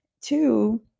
Two